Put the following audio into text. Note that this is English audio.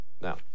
Now